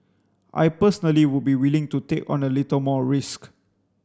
I personally would be willing to take on a little more risk